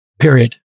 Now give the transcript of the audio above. period